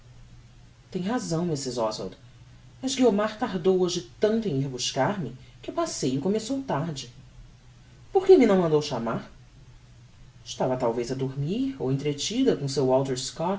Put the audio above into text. tem razão mrs oswald mas guiomar tardou hoje tanto em ir buscar-me que o passeio começou tarde porque me não mandou chamar estava talvez a dormir ou entretida com o seu walter